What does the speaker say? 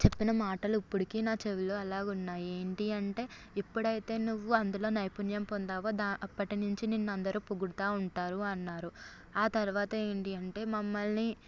చెప్పిన మాటలు ఇప్పటికి నా చెవిలో అలాగ ఉన్నాయి ఏంటి అంటే ఎప్పుడైతే నువ్వు అందులో నైపుణ్యం పొందావో అప్పటి నుంచి నిన్ను అందరు పొగుడుతా ఉంటారు అన్నారు ఆ తర్వాత ఏంటి అంటే మమ్మల్ని